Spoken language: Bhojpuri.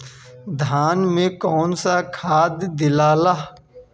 धान मे कौन सा खाद दियाला?